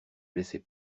laissait